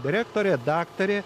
direktorė daktarė